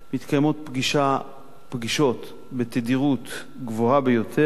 מתקיימות פגישות בתדירות גבוהה ביותר,